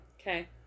Okay